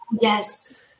Yes